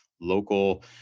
local